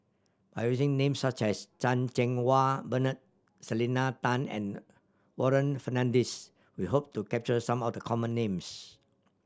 by using names such as Chan Cheng Wah Bernard Selena Tan and Warren Fernandez we hope to capture some of the common names